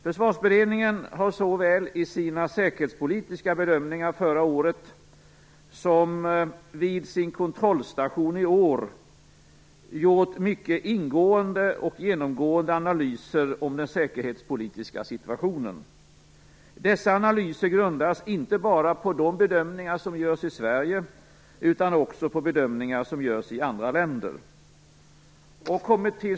Försvarsberedningen har såväl i sina säkerhetspolitiska bedömningar förra året som vid sin kontrollstation i år gjort mycket ingående och genomgående analyser av den säkerhetspolitiska situationen. Dessa analyser grundas inte bara på de bedömningar som görs i Sverige, utan också på bedömningar som görs i andra länder.